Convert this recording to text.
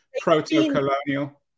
proto-colonial